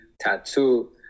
tattoo